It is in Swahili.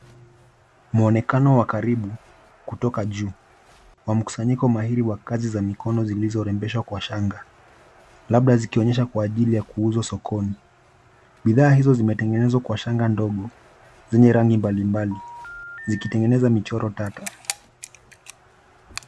Muonekano wa karibu kutoka juu wa mkusanyiko mahiri wa kazi za mikono zilizorembeshwa kwa shanga, labda zikionyeshwa kwa ajili ya kuuzwa sokoni. Bidhaa hizo zimetengenezwa kwa shanga ndogo, zenye rangi mbali mbali, zikitengeneza michoro tata.